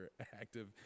active